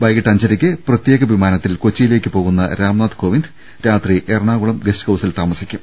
വൈകീട്ട് അഞ്ചരയ്ക്ക് പ്രത്യേക വിമാനത്തിൽ കൊച്ചിയി ലേക്ക് പോകുന്ന രാം നാഥ് കോവിന്ദ് രാത്രി എറണാകുളം ഗസ്റ്റ് ഹൌസിൽ താമസിക്കും